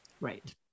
Right